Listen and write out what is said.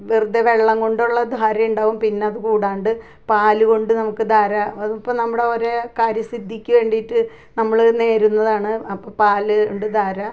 വെറുതെ വെള്ളം കൊണ്ടുള്ള ദാരയുണ്ടാവും പിന്നെ അത് കൂടാതെ പാൽ കൊണ്ട് നമുക്ക് ദാര അതിപ്പോൾ നമ്മുടെ ഒരേ കാര്യ സിദ്ധിക്ക് വേണ്ടിയിട്ട് നമ്മൾ നേരുന്നതാണ് അപ്പൊൾ പാൽ കൊണ്ട് ദാര